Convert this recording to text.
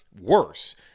worse